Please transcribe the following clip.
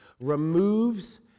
removes